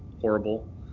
horrible